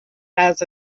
has